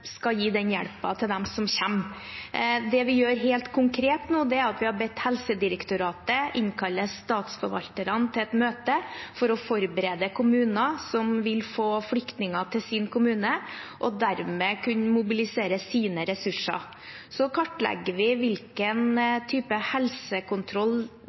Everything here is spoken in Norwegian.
nå, er at vi har bedt Helsedirektoratet innkalle statsforvalterne til et møte for å forberede kommuner som vil få flyktninger til sin kommune – og dermed kan mobilisere sine ressurser. Så kartlegger vi hvilken